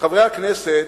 חברי הכנסת,